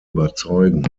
überzeugen